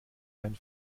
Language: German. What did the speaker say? einen